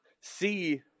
see